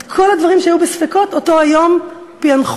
את כל הדברים שהיו בספקות באותו יום פענחו,